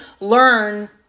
learn